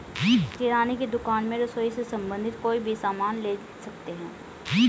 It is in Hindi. किराने की दुकान में रसोई से संबंधित कोई भी सामान ले सकते हैं